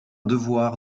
devoir